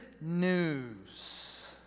news